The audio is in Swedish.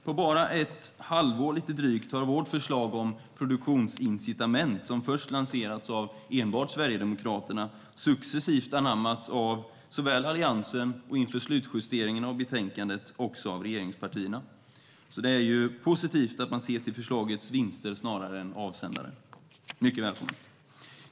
På bara lite drygt ett halvår har vårt förslag om produktionsincitament, som först lanserats av enbart Sverigedemokraterna, successivt anammats först av Alliansen och inför slutjusteringen av betänkandet också av regeringspartierna. Det är positivt att man ser till förslagets vinster snarare än till avsändaren. Det är mycket välkommet.